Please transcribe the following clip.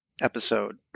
episode